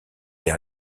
des